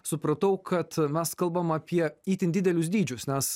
supratau kad mes kalbam apie itin didelius dydžius nes